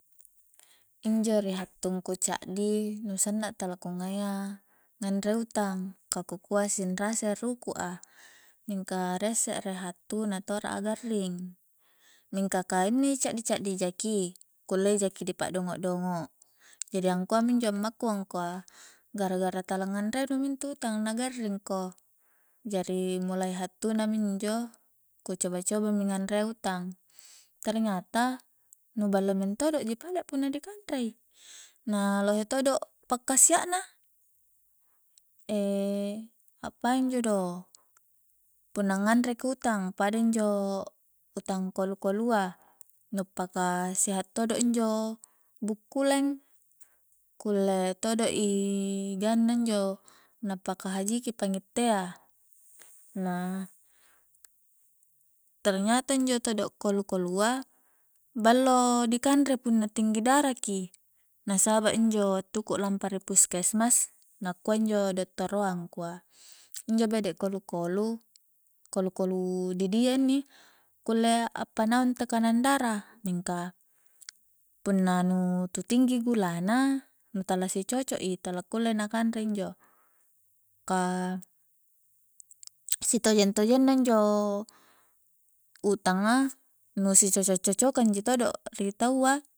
Injo ri hattungku caddi nu sanna tala ku ngai a nganre utang ka ku kua sinrasai ruku'a mingka rie se're hattu na tora'a garring mingka ka inni caddi-caddi jaki kullei jaki dipa'dongo-dongo jadi angkua minjo ammaku angkua gara-gara tala nganre nu mi intu utang na garring ko jari mulai hattu na minjo ku coba-coba mi nganrea utang ternyata nu ballo mentodo ji pale' punna dikanrei na lohe todo pakkasia na apainjo do punna nganreki utang pada injo punna utang kolu-kolu a nu paka seha' todo injo bukkuleng kulle todo i ganna injo na paka haji ki pangittea na ternyata injo todo kolu-kolua ballo dikanre punna tinggi dara ki na saba' injo wattungku lampa di puskesmas nakua injo dottoroa angkua injo bede kolu-kolu kolu-kolu didia inni kulle a'pa naung tekanang dara mingka punna tu tinggi gula na nu tala si cocok i tala kulle na kanre injo ka sitojeng-tojeng na injo utanga nu si cocok-cocokang ji todo ri taua